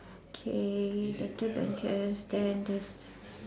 K there's two benches then there's a